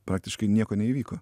praktiškai nieko neįvyko